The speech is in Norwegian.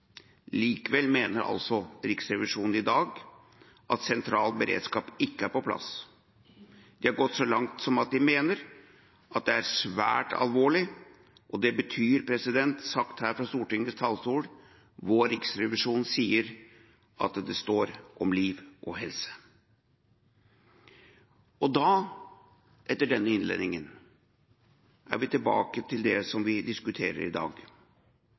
Likevel mener altså Riksrevisjonen i dag at sentral beredskap ikke er på plass. De har gått så langt som til å mene at det er svært alvorlig. Det betyr, sagt her på Stortingets talerstol: Vår riksrevisjon sier at det står om liv og helse. Da – etter denne innledningen – er vi tilbake til det som vi diskuterer i dag.